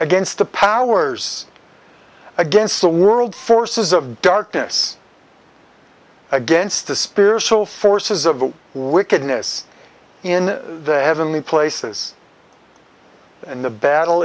against the powers against the world forces of darkness against the spiritual forces of wickedness in the heavenly places and the battle